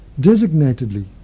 designatedly